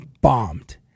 bombed